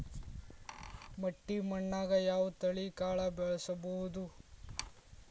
ಮಟ್ಟಿ ಮಣ್ಣಾಗ್, ಯಾವ ತಳಿ ಕಾಳ ಬೆಳ್ಸಬೋದು?